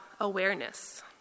awareness